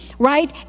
Right